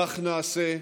כך נעשה.